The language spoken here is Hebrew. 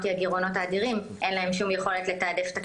- לאור הגירעונות האדירים אין להם שום יכולת לתעדף תקציב.